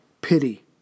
pity